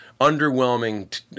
underwhelming